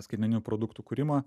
skaitmeninių produktų kūrimą